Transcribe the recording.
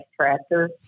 tractor